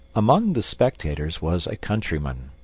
among the spectators was a countryman,